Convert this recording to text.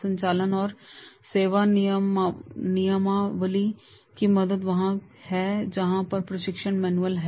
संचालन और सेवा नियमावली की मदद वहाँ है जहां पर प्रशिक्षण मैनुअल है